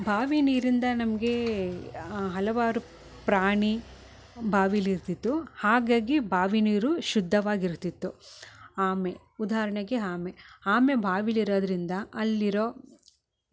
ಬಾವಿ ನೀರಿಂದ ನಮಗೆ ಹಲವಾರು ಪ್ರಾಣಿ ಬಾವಿಲಿ ಇರ್ತಿತ್ತು ಹಾಗಾಗಿ ಬಾವಿ ನೀರು ಶುದ್ಧವಾಗಿರ್ತಿತ್ತು ಆಮೆ ಉದಾಹರ್ಣೆಗೆ ಆಮೆ ಆಮೆ ಬಾವಿಲಿ ಇರದ್ರಿಂದ ಅಲ್ಲಿರೊ